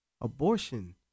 Abortion